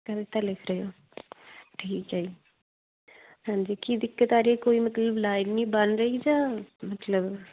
ਕਵਿਤਾ ਲਿਖ ਰਹੇ ਹੋ ਠੀਕ ਹੈ ਜੀ ਹਾਂਜੀ ਕੀ ਦਿੱਕਤ ਆ ਰਹੀ ਹੈ ਕੋਈ ਮਤਲਬ ਲਾਈਨ ਨਹੀਂ ਬਣ ਰਹੀ ਜਾਂ ਮਤਲਬ